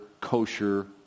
kosher